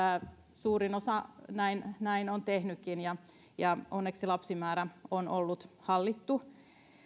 suurin osa näin näin on tehnytkin ja ja onneksi lapsimäärä on ollut hallittu